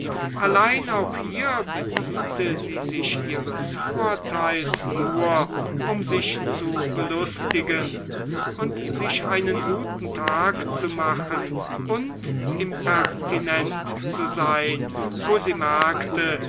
allein auch hier bediente sie sich ihres vorteils nur um sich zu belustigen um sich einen guten tag zu machen und impertinent zu sein wo sie merkte